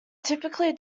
typically